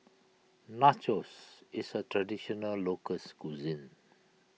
Nachos is a Traditional Local Cuisine